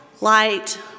light